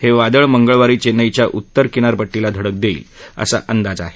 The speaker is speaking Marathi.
हे वादळ मंगळवारी चेन्नईच्या उत्तर किनारपट्टीला धडक देईल असा अंदाज आहे